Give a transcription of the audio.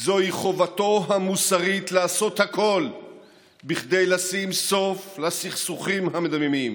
זוהי חובתו המוסרית לעשות הכול כדי לשים סוף לסכסוכים המדממים.